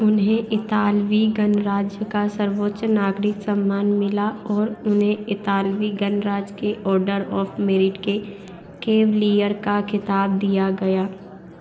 उन्हें इतालवी गणराज्य का सर्वोच्च नागरिक सम्मान मिला और उन्हें इतालवी गणराज्य के ऑर्डर ऑफ मेरिट के कैवलियर का खिताब दिया गया